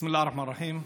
בסם אללה א-רחמאן א-רחים.